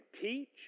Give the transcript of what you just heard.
teach